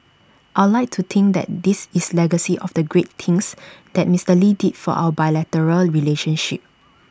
I'd like to think that this is legacy of the great things that Mister lee did for our bilateral relationship